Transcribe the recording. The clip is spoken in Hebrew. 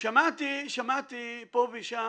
שמעתי פה ושם,